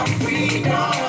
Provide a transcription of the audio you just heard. freedom